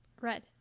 Red